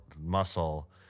muscle